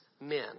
men